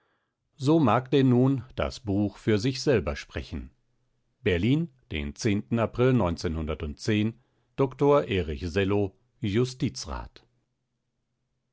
so mag denn nun das buch für sich selber sprechen berlin den april dr erich sello justizrat